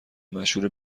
مشهور